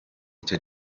ico